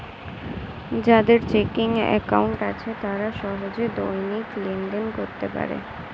যাদের checking account আছে তারা সহজে দৈনিক লেনদেন করতে পারে